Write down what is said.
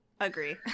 agree